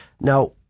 Now